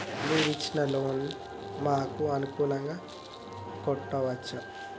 మీరు ఇచ్చిన లోన్ ను మాకు అనుకూలంగా కట్టుకోవచ్చా?